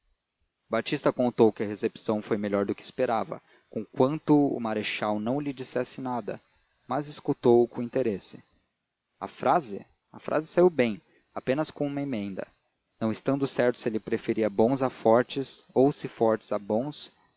batista contou que a recepção foi melhor do que esperava conquanto o marechal não lhe dissesse nada mas escutou o com interesse a frase a frase saiu bem apenas com uma emenda não estando certo se ele preferia bons a fortes ou se fortes a bons